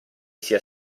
sia